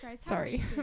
sorry